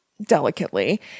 delicately